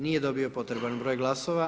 Nije dobio potreban broj glasova.